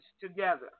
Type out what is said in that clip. together